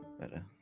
better